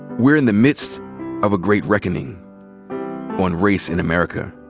we're in the midst of a great reckoning on race in america.